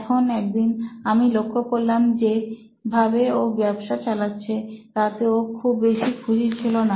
এখন একদিন আমি লক্ষ্য করলাম যে ভাবে ও ব্যবসা চালাচ্ছে তাতে ও খুব বেশি খুশি ছিল না